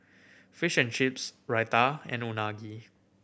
Fish and Chips Raita and Unagi